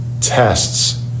tests